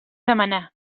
demanar